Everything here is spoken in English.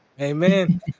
Amen